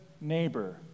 neighbor